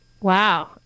wow